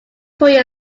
korea